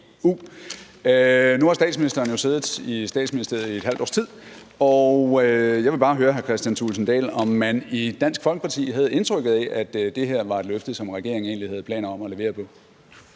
Nu har statsministeren siddet i Statsministeriet i et halvt års tid, og jeg vil bare høre hr. Kristian Thulesen Dahl, om man i Dansk Folkeparti havde indtrykket af, at det her var et løfte, som regeringen egentlig havde planer om at levere på.